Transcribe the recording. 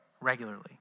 regularly